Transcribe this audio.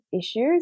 issues